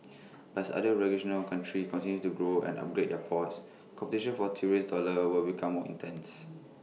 but as other regional countries continue to grow and upgrade their ports competition for tourist dollars will become more intense